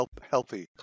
healthy